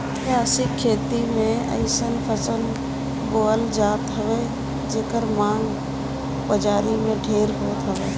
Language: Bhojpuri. व्यावसायिक खेती में अइसन फसल बोअल जात हवे जेकर मांग बाजारी में ढेर होत हवे